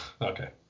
Okay